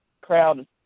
crowd